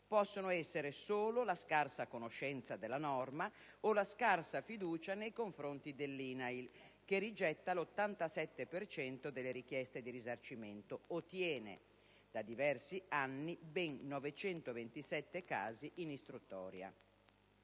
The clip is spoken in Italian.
possono essere solo la scarsa conoscenza della norma o la scarsa fiducia nei confronti dell'INAIL, che rigetta l'87 per cento delle richieste di risarcimento o tiene da diversi anni ben 927 casi in istruttoria.